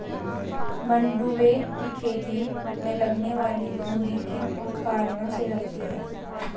मंडुवे की खेती में लगने वाली बूंदी किन कारणों से लगती है?